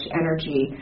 energy